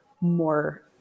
more